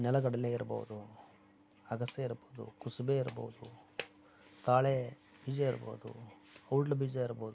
ನೆಲಗಡಲೆ ಇರ್ಬೋದು ಅಗಸೆ ಇರ್ಬೋದು ಕುಸುಬೆ ಇರ್ಬೋದು ತಾಳೆ ಬೀಜ ಇರ್ಬೋದು ಔಡ್ಲ ಬೀಜ ಇರ್ಬೋದು